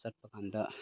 ꯆꯠꯄꯀꯥꯟꯗ